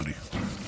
אדוני.